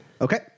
Okay